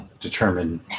determine